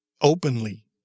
openly